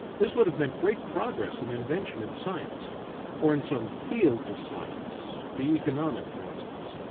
this would have meant great progress in invention and science or in some fields of science, the economic for instance.